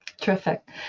Terrific